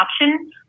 option